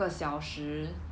I think